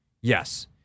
Yes